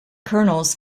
kernels